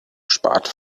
spart